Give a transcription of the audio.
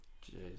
Jesus